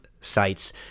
sites